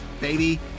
baby